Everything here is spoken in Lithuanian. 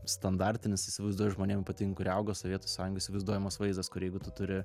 standartinis įsivaizduoju žmonėm ypatingai kurie augo sovietų sąjungoj įsivaizduojamas vaizdas kur jeigu tu turi